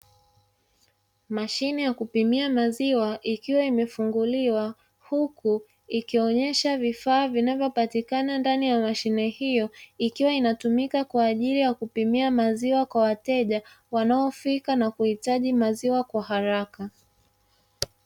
Mashine yakupiwa maziwa ikiwa limefunguliwa, huku ikionyesha vifaa vinavyopatikana ndani ya mashine hiyo ikiwa inatumika kwaajili ya kupima maziwa kwa wateja wanaofika na kuhitaji